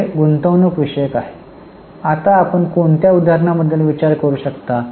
पुढे गुंतवणूक विषयक आहे आता आपण कोणत्या उदाहरणाबद्दल विचार करू शकता